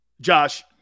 Josh